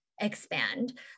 expand